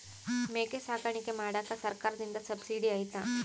ಮೇಕೆ ಸಾಕಾಣಿಕೆ ಮಾಡಾಕ ಸರ್ಕಾರದಿಂದ ಸಬ್ಸಿಡಿ ಐತಾ?